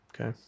okay